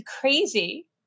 Crazy